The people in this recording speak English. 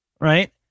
Right